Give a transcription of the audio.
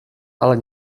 ale